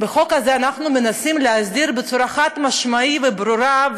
אנחנו מנסים להסדיר בצורה חד-משמעית וברורה,